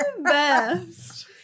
best